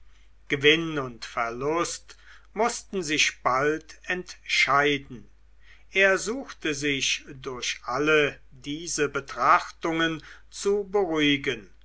gewinn und verlust mußten sich bald entscheiden er suchte sich durch alle diese betrachtungen zu beruhigen